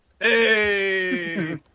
Hey